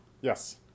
Yes